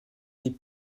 des